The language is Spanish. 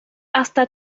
hasta